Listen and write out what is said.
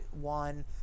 one